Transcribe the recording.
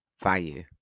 value